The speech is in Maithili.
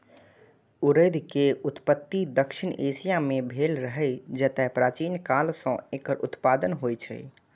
उड़द के उत्पत्ति दक्षिण एशिया मे भेल रहै, जतय प्राचीन काल सं एकर उत्पादन होइ छै